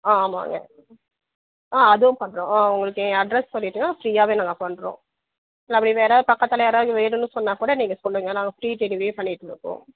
ஆ ஆமாங்க ஆ அதுவும் பண்ணுறோம் ஆ உங்களுக்கு ஏ அட்ரஸ் சொல்லிட்டேனா ஃபிரீயாகவே நாங்கள் பண்ணுறோம் இல்லை அப்படி வேறு ஏதாவது பக்கத்தில் யாராவது வேணும்னு சொன்னால் கூட நீங்கள் சொல்லுங்க நாங்கள் ஃப்ரீ டெலிவரியே பண்ணிகிட்டிருக்கோம்